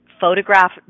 Photograph